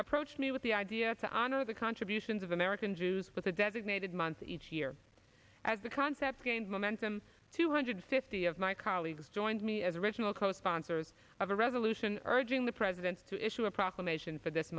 approached me with the idea to honor the contributions of american jews with a designated month each year as the concept gained momentum two hundred fifty of my colleagues joined me as original co sponsors of a resolution urging the president to issue a proclamation for this